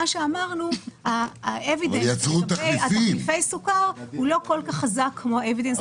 שאמרנו שה-Evidence על תחליפי סוכר לא כל כך חזק כמו על סוכר.